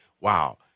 wow